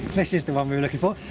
this is the one we were looking for.